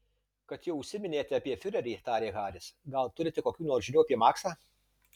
kad jau užsiminėte apie fiurerį tarė haris gal turite kokių nors žinių apie maksą